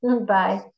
Bye